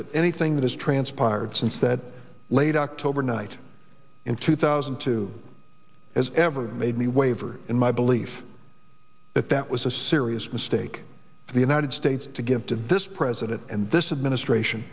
that anything that has transpired since that late october night in two thousand and two has ever made me waver in my belief that that was a serious mistake for the united states to give to this president and this administration